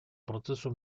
процессу